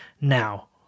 Now